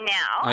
now